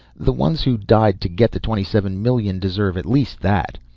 the ones who died to get the twenty-seven million deserve at least that.